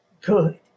good